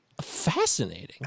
fascinating